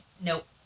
nope